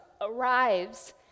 arrives